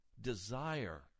desire